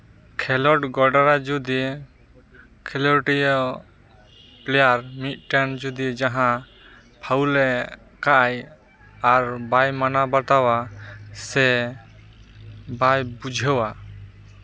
ᱠᱷᱮᱞᱳᱰ ᱜᱚᱰᱟᱨᱮ ᱡᱩᱫᱤ ᱠᱷᱮᱞᱳᱰᱤᱭᱟᱹ ᱯᱞᱮᱭᱟᱨ ᱢᱤᱫᱴᱟᱱ ᱡᱩᱫᱤ ᱡᱟᱦᱟᱸ ᱯᱷᱟᱣᱩᱞ ᱠᱟᱜᱼᱟᱭ ᱟᱨ ᱵᱟᱭ ᱢᱟᱱᱟᱣ ᱵᱟᱛᱟᱣᱟ ᱥᱮ ᱵᱟᱭ ᱵᱩᱡᱷᱟᱹᱣᱟ